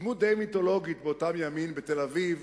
דמות די מיתולוגית באותם ימים בתל-אביב,